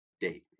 date